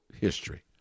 history